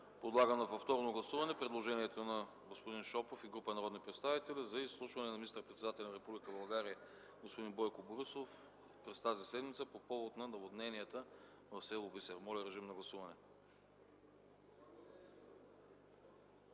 Подлагам на повторно гласуване предложението на господин Шопов и група народни представители за изслушване на министър-председателя на Република България господин Бойко Борисов през тази седмица по повод на наводнението в с. Бисер. Моля, гласувайте.